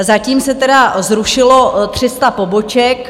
Zatím se tedy zrušilo 300 poboček.